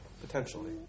potentially